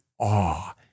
awe